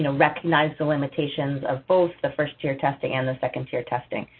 you know, recognized the limitations of both the first-tier testing and the second-tier testing.